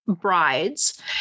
brides